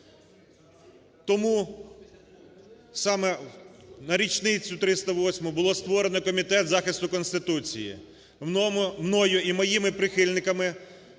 Тому саме на річницю 308-у було створено Комітет захисту Конституції. Мною і моїми прихильниками